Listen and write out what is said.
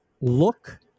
look